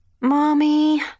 Mommy